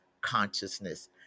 consciousness